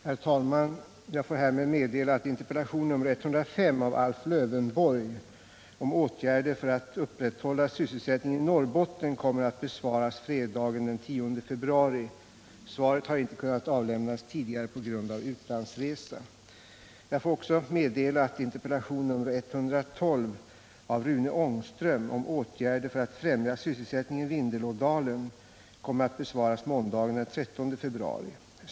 Herr talman! Jag får härmed meddela att interpellation nr 105 av Alf Lövenborg om åtgärder för att upprätthålla sysselsättningen i Norrbotten kommer att besvaras fredagen den 10 februari. Svaret har inte kunnat avlämnas tidigare på grund av utlandsresa. Jag får också meddela att interpellation nr 112 av Rune Ångström om åtgärder för att främja sysselsättningen i Vindelådalen kommer att besvaras måndagen den 13 februari.